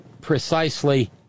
precisely